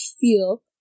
feel